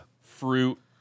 fruit